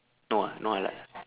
no ah not halal